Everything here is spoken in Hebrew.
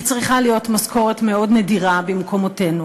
היא צריכה להיות משכורת מאוד נדירה במקומותינו.